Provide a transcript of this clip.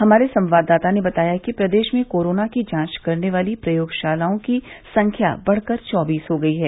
हमारे संवाददाता ने बताया है कि प्रदेश में कोरोना की जांच करने वाली प्रयोगशालाओं की संख्या बढ़कर चौबीस हो गई है